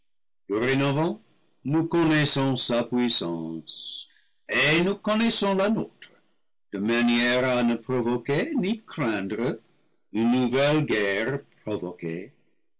dorénavant nous connaissons sa puissance et nous con naissons la nôtre de manière à ne provoquer ni craindre une nouvelle guerre